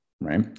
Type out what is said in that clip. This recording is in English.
right